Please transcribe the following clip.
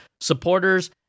supporters